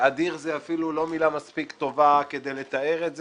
"אדיר" זו אפילו מילה לא מספיק טובה כדי לתאר את זה.